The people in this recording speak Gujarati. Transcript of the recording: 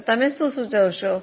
તો તમે શું સૂચવશો